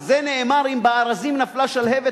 על זה נאמר: אם בארזים נפלה שלהבת,